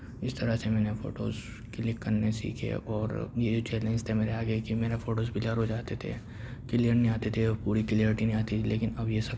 اِس طرح سے میں نے فوٹوز کِلک کرنے سیکھے اور یہ جو چیلنج تھے میرے آگے کہ میرا فوٹوز بلر ہو جاتے تھے کلئیر نہیں آتے تھے اور پوری کلیئرٹی نہیں آتی تھی لیکن اب یہ سب